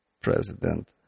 president